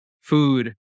food